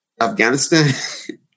Afghanistan